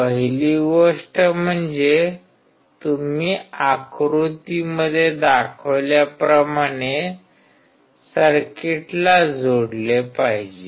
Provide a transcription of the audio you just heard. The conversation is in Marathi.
पहिली गोष्ट म्हणजे तुम्ही आकृतीमध्ये दाखवल्याप्रमाणे सर्किटला जोडले पाहिजे